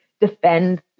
defend